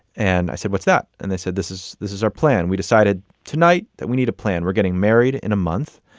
and i said, what's that? and they said, this is is our plan. we decided tonight that we need a plan. we're getting married in a month.